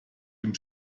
dem